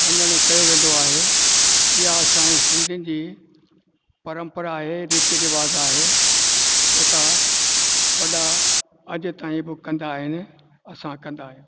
मुन्नड़ कयो वेंदो आहे इहा असांजे सिंधियुनि जी परंपरा आहे रीति रिवाज आहे जेका वॾा अॼु ताईं पोइ कंदा आहिनि असां कंदा आहियूं